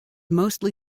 mostly